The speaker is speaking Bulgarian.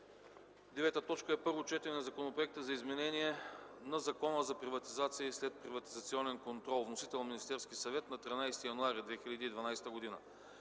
2012 г. 9. Първо четене на Законопроекта за изменение на Закона за приватизация и следприватизационен контрол. Вносител – Министерският съвет, 13 януари 2012 г.